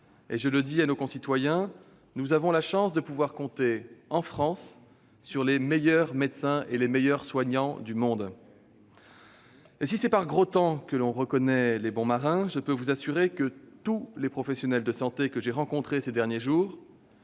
Je le dis à nos concitoyens : nous avons la chance de pouvoir compter, en France, sur les meilleurs médecins et les meilleurs soignants du monde. Et si c'est par gros temps que l'on reconnaît les bons marins, je peux vous assurer que tous les professionnels de santé que j'ai rencontrés ces derniers jours